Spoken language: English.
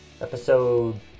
episode